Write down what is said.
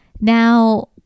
Now